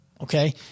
okay